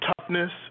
toughness